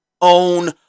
own